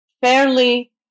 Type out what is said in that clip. fairly